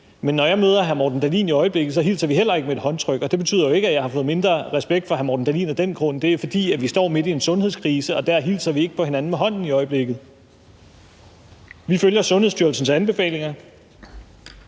men når jeg møder hr. Morten Dahlin i øjeblikket, hilser vi heller ikke med et håndtryk. Det betyder jo ikke, at jeg har fået mindre respekt for hr. Morten Dahlin af den grund. Det er, fordi vi står midt i en sundhedskrise, og der hilser vi ikke for øjeblikket på hinanden med et håndtryk. Vi følger Sundhedsstyrelsens anbefalinger,